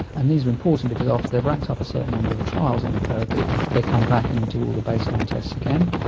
and these are important because after they have racked up a certain number of trials on the therapy they come back and do all the baseline tests again,